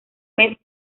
mes